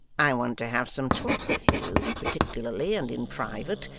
i want to have some talk with you, particularly, and in private.